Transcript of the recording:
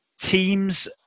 teams